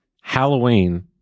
Halloween